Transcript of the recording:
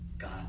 God